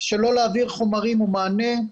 שלא להעביר חומרים או מענה.